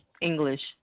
English